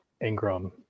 Ingram